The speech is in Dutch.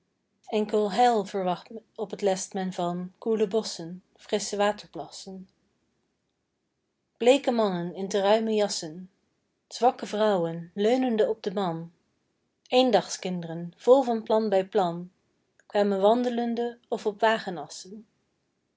enkel heil verwacht op t lest men van koele bosschen frissche waterplassen bleeke mannen in te ruime jassen zwakke vrouwen leunende op den man eéndagskindren vol van plan bij plan kwamen wandelende of op wagenassen